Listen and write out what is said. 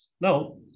Now